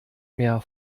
mehr